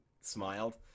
smiled